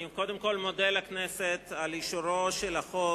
אני קודם כול מודה לכנסת על אישורו של החוק